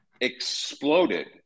exploded